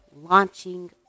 launching